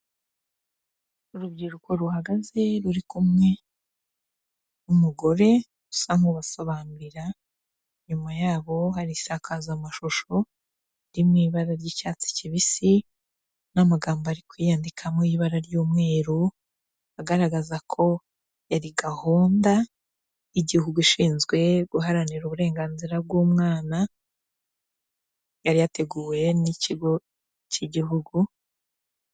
Urubyiruko ruhagaze ruri kumwe n'umugore usa nk'ubasobanurira, inyuma yabo hari isakazamashusho iri mu ibara ry'icyatsi kibisi n'amagambo ari kwiyandikamo y'ibara ry'umweru, agaragaza ko yari gahunda y'igihugu ishinzwe guharanira uburenganzira bw'umwana, yari yateguwe n'ikigo cy'igihugu.